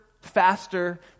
faster